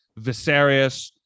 Viserys